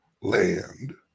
land